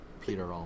Peter